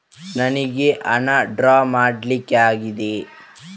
ನನಿಗೆ ಹಣ ಡ್ರಾ ಮಾಡ್ಬೇಕಾಗಿದೆ